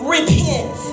Repent